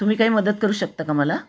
तुम्ही काही मदत करू शकता का मला